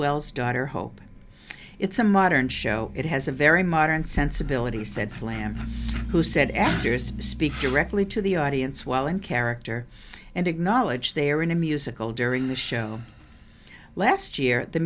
wells daughter hope it's a modern show it has a very modern sensibility said lamb who said actors speak directly to the audience while in character and acknowledge they are in a musical during the show last year the